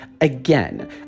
Again